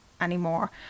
anymore